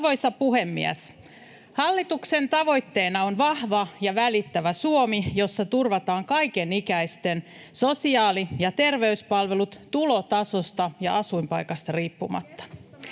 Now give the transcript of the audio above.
Arvoisa puhemies! Hallituksen tavoitteena on vahva ja välittävä Suomi, jossa turvataan kaikenikäisten sosiaali- ja terveyspalvelut tulotasosta ja asuinpaikasta riippumatta.